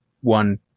one